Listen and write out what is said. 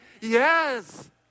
Yes